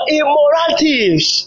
immoralities